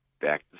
Back